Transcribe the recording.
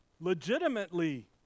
legitimately